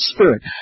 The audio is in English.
Spirit